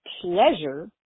pleasure